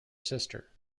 sister